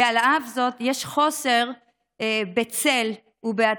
ועל אף זאת יש חוסר בצל ובהצללה,